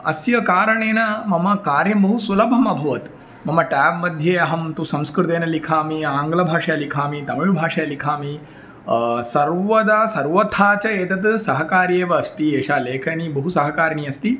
अस्य कारणेन मम कार्यं बहु सुलभम् अभवत् मम ट्याब् मध्ये अहं तु संस्कृतेन लिखामि आङ्ग्लभाषां लिखामि तमिळुभाषां लिखामि सर्वदा सर्वथा च एतद् सहकार्येव अस्ति एषा लेखनी बहु सहकारिणी अस्ति